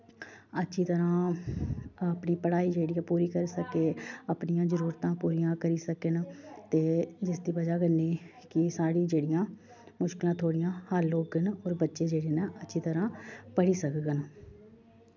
अच्छी तरह् अपनी पढ़ाई जेह्ड़ी ऐ पूरी करी सकै अपनियां जरूरतां पूरियां करी सकन ते जिसदी बजह् कन्नै कि साढ़ी जेह्ड़ियां मुश्कलां थोड़ियां हल्ल होङन और बच्चे जेह्ड़े न अच्छी तरह् पढ़ी सकङन